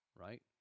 Right